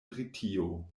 britio